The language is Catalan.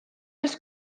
els